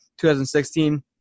2016